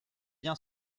bien